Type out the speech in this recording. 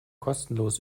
kostenlos